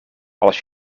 als